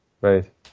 Right